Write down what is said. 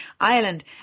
Ireland